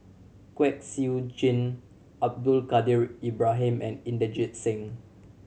Kwek Siew Jin Abdul Kadir Ibrahim and Inderjit Singh